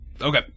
Okay